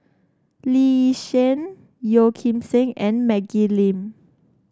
Lee Yi Shyan Yeo Kim Seng and Maggie Lim